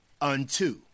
unto